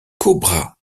cobra